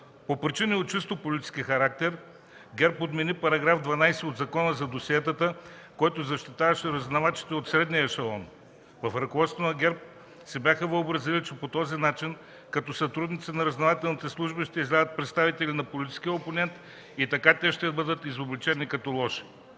По причини от чисто политически характер ГЕРБ отмени § 12 от Закона за досиетата, който защитаваше разузнавачите от средния ешелон. В ръководството на ГЕРБ си бяха въобразили, че по този начин като сътрудници на разузнавателните служби ще излязат представители на политическия опонент и така те ще бъдат изобличени като лоши.